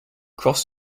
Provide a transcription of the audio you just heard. cross